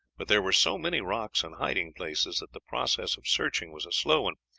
but there were so many rocks and hiding places that the process of searching was a slow one,